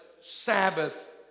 Sabbath